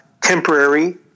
temporary